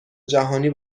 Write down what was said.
جهانی